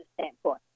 standpoint